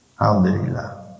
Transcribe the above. Alhamdulillah